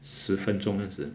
十分钟好像是